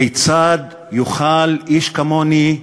כיצד יוכל איש כמוני,